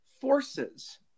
forces